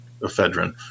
ephedrine